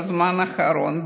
בזמן האחרון,